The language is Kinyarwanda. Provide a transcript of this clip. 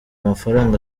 mafaranga